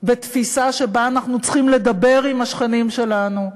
בתפיסה שלפיה אנחנו צריכים לדבר עם השכנים שלנו,